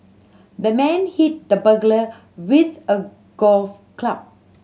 the man hit the burglar with a golf club